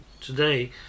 today